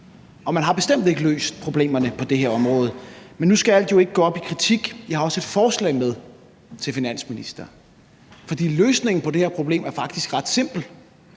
Og man har bestemt ikke løst problemerne på det her område. Men nu skal alt jo ikke gå op i kritik. Jeg har også et forslag med til finansministeren, for løsningen på det her problem er faktisk ret simpel.